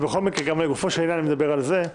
בכל מקרה, גם לגופו של עניין, אם נדבר על זה,